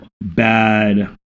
bad